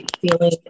feeling